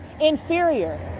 inferior